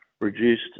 reduced